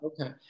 Okay